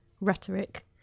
rhetoric